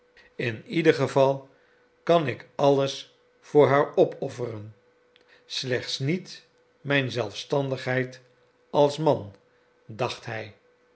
in ieder geval kan ik alles voor haar opofferen slechts niet mijn zelfstandigheid als man dacht hij